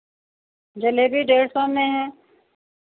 जलेबी डेढ़ सौ में हैं